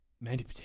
Mandy